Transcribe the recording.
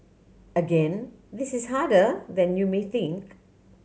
again this is harder than you may think